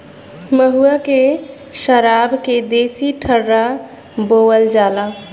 महुआ के सराब के देसी ठर्रा बोलल जाला